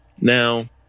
Now